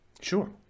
Sure